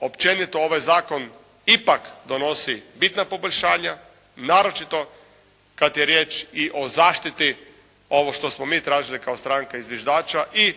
općenito ovaj zakon ipak donosi bitna poboljšanja, naročito kad je riječ i o zaštiti ovo što smo mi tražili kao stranka i zviždača i